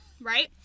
right